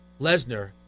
Lesnar